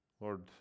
Lord